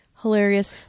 hilarious